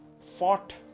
fought